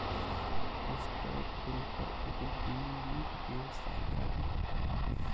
stock broker एगो विनियमित व्यावसायिक आदमी होत हवे